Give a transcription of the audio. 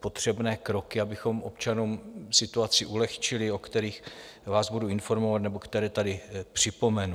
potřebné kroky, abychom občanům situaci ulehčili, o kterých vás budu informovat nebo které tady připomenu.